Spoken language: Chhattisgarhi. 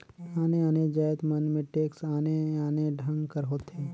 आने आने जाएत मन में टेक्स आने आने ढंग कर होथे